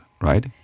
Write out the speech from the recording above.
right